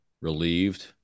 Relieved